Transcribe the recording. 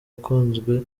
ukunzwe